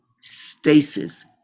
stasis